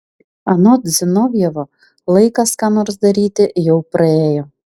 anot zinovjevo laikas ką nors daryti jau praėjo